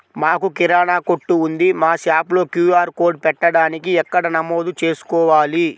మాకు కిరాణా కొట్టు ఉంది మా షాప్లో క్యూ.ఆర్ కోడ్ పెట్టడానికి ఎక్కడ నమోదు చేసుకోవాలీ?